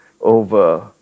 over